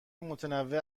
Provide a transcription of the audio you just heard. متنوع